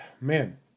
man